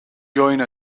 join